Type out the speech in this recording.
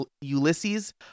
Ulysses